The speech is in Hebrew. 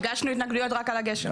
הגשנו התנגדויות רק על הגשר.